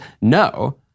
No